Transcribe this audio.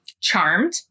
Charmed